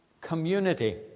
community